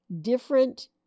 different